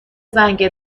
زنگ